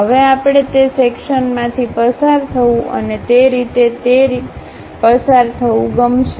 હવે આપણે તે સેક્શન્માંથી પસાર થવું અને તે રીતે તે રીતે પસાર થવું ગમશે